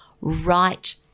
right